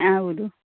ಹೌದು